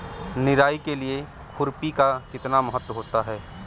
निराई के लिए खुरपी का कितना महत्व होता है?